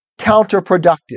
counterproductive